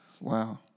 Wow